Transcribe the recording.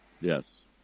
Yes